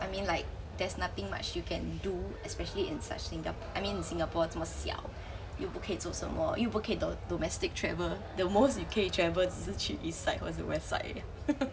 I mean like there's nothing much you can do especially in such singa~ I mean singapore 这么小又不可以做什么又不可以 do~ domestic travel the most 你可以 travel 只是去 east side 或是 west side 而已